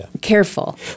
careful